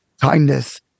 kindness